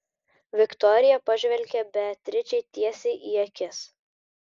viktorija pažvelgė beatričei tiesiai į akis